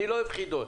אני לא אוהב חידות.